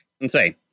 Insane